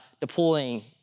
deploying